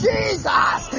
Jesus